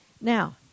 Now